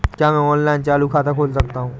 क्या मैं ऑनलाइन चालू खाता खोल सकता हूँ?